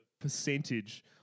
percentage